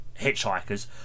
Hitchhikers